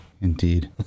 Indeed